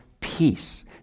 peace